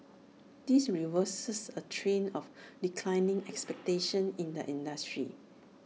this reverses A trend of declining expectations in the industry